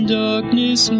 darkness